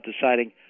deciding